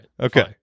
Okay